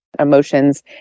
emotions